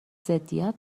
ضدیت